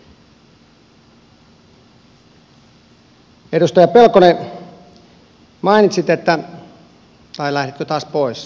tai lähditkö taas pois